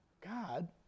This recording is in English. God